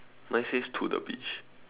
mine says to the beach